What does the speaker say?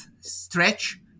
stretch